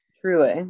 Truly